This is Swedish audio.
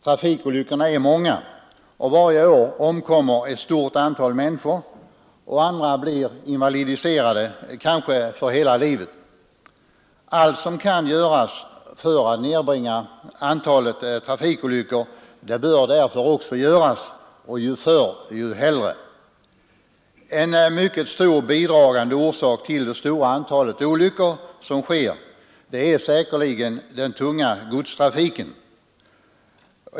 Trafikolyckorna är många, och varje år omkommer ett stort antal människor och andra blir invalidiserade, kanske för hela livet. Allt som kan göras för att nedbringa antalet trafikolyckor bör därför göras, ju förr desto hellre. En mycket starkt bidragande orsak till det stora antal olyckor som sker är säkerligen den tunga godstrafiken.